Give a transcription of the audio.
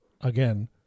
again